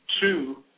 two